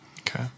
Okay